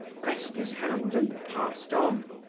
pressed his hand, and passed on.